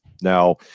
Now